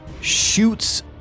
shoots